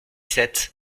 sept